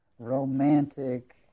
romantic